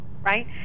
right